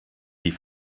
die